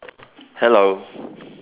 hello